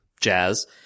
jazz